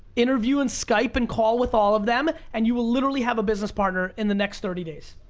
interview and skype and call with all of them and you will literally have a business partner in the next thirty days.